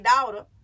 daughter